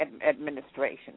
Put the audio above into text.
administration